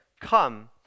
Come